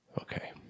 Okay